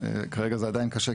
כרגע זה עדיין קשה,